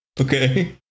okay